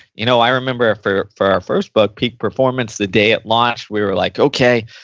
you know i remember for for our first book peak performance, the day it launched we were like, okay,